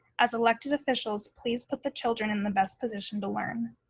as elected officials, please put the children in the best position to learn.